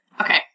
Okay